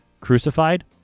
crucified